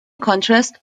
contrast